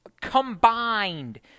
combined